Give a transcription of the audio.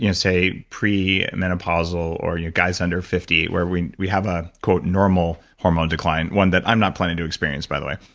you know say pre-menopausal or yeah guys under fifty, where we we have ah a normal hormone decline, one that i'm not planning to experience by the way